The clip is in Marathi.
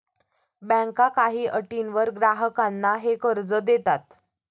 बँका काही अटींवर ग्राहकांना हे कर्ज देतात